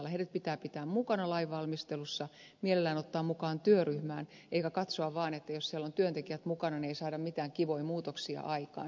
heidät pitää pitää mukana lain valmistelussa mielellään ottaa mukaan työryhmään eikä katsoa vaan että jos siellä on työntekijät mukana ei saada mitään kivoja muutoksia aikaan